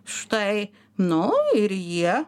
štai nu ir jie